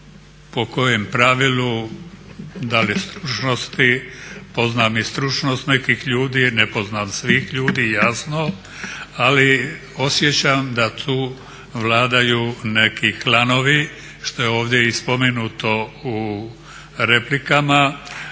Po kojem pravilu, da li stručnosti, poznam i stručnost nekih ljudi, ne poznam svih ljudi jasno. Ali osjećam da tu vladaju neki klanovi što je ovdje i spomenuto u replikama,